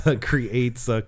creates